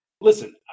Listen